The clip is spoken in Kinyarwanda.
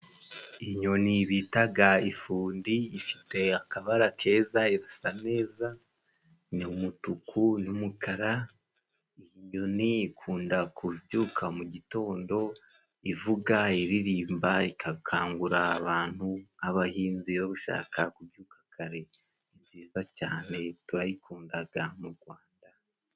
Inyoni bitaga ifundi, ifite akabara keza, irasa neza, ni umutuku n'umukara, inyoni ikunda kubyuka mu gitondo ivuga, iriririmba, igakangura abantu nk'abahinzi baba bashaka kubyuka kare. Ni nziza cyane turayikundaga mu Gwanda.